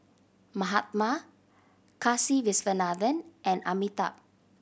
Mahatma Kasiviswanathan and Amitabh